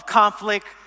conflict